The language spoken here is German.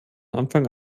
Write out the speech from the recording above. anfang